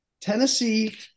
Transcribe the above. Tennessee